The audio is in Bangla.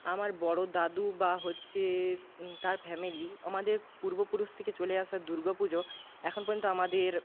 আমার বড় দাদু বা হচ্ছে তার ফ্যামিলি আমাদের পূর্বপুরুষ থেকে চলে আসা দুর্গাপুজো এখন পর্যন্ত আমাদের